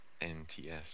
nts